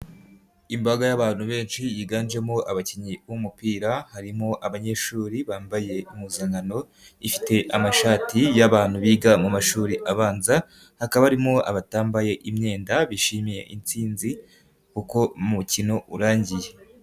Imbaga y'abantu benshi yiganjemo abakinnyi b'umupira, harimo abanyeshuri bambaye impuzankano ifite amashati y'abantu biga mu mashuri abanza, hakaba arimo abatambaye imyenda bishimiye intsinzi kuko umukino urangiye.